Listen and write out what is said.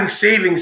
savings